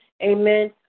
Amen